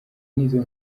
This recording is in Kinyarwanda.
nizo